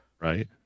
Right